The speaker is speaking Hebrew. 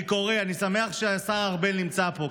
אני שמח שהשר ארבל נמצא פה,